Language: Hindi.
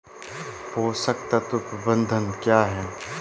पोषक तत्व प्रबंधन क्या है?